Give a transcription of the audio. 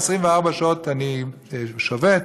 24 שעות אני שובת,